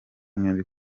mwembi